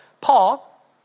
Paul